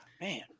man